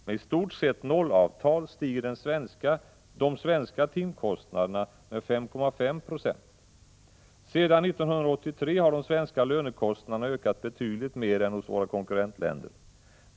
Med istort sett nollavtal stiger de svenska timkostnaderna med 5,5 20. Sedan 1983 har de svenska lönekostnaderna ökat betydligt mer än hos våra konkurrentländer.